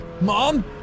Mom